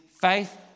faith